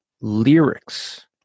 lyrics